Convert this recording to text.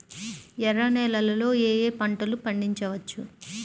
ఎర్ర నేలలలో ఏయే పంటలు పండించవచ్చు?